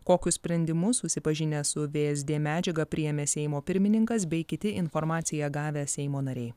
kokius sprendimus susipažinęs su vsd medžiagą priėmė seimo pirmininkas bei kiti informaciją gavę seimo nariai